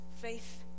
faith